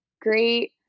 great